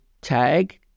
tag